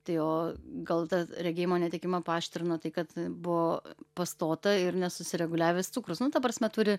tai o gal tą regėjimo netekimą paaštrino tai kad buvo pastota ir nesusireguliavęs cukrus nu ta prasme turi